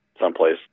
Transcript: someplace